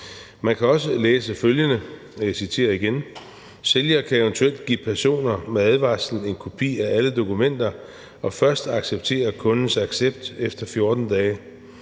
Man kan også læse følgende, og jeg citerer igen: »Sælgere kan eventuel give personer med advarslen en kopi af alle dokumenter og først acceptere kundens accept efter 14 dage.